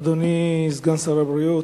אדוני סגן שר הבריאות,